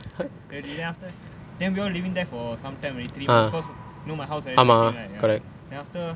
already then after then we all living there for some time already three months because you know my house renovating right ya then after